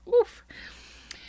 Oof